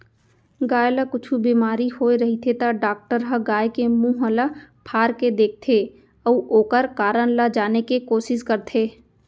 गाय ल कुछु बेमारी होय रहिथे त डॉक्टर ह गाय के मुंह ल फार के देखथें अउ ओकर कारन ल जाने के कोसिस करथे